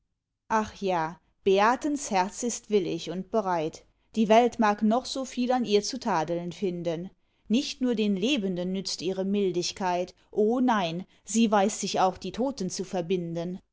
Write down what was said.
ach ja beatens herz ist willig und bereit die welt mag noch soviel an ihr zu tadeln finden nicht nur den lebenden nützt ihre mildigkeit o nein sie weiß sich auch die toten zu verbinden